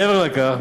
מעבר לכך,